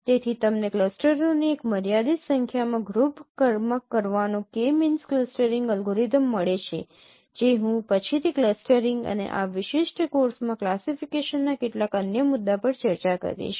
તેથી તમને ક્લસ્ટરોની એક મર્યાદિત સંખ્યામાં ગ્રુપમાં કરવાનો K મીન્સ ક્લસ્ટરીંગ અલ્ગોરિધમ મળે છે જે હું પછીથી ક્લસ્ટરિંગ અને આ વિશિષ્ટ કોર્સમાં ક્લાસીફિકેશનના કેટલાક અન્ય મુદ્દા પર ચર્ચા કરીશ